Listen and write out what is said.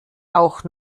auch